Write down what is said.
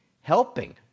helping